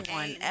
one